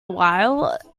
while